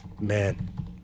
Man